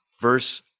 Verse